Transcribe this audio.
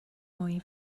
mwy